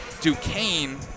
Duquesne